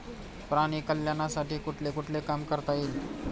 प्राणी कल्याणासाठी कुठले कुठले काम करता येईल?